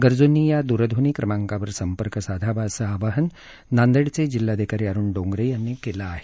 गरजूंनी या दूरध्वनी क्रमांकावर संपर्क साधावा असं आवाहन नांदेडचे जिल्हाधिकारी अरुण डोंगरे यांनी केलं आहे